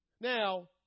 Now